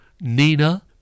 Nina